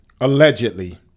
allegedly